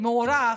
מוערך,